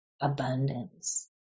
abundance